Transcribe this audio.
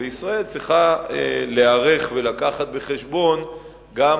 וישראל צריכה להיערך ולהביא בחשבון גם